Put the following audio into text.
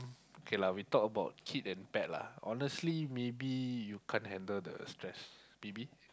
K lah we talk about kid and pet lah honestly maybe you can't handle the stress maybe